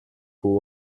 pool